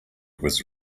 was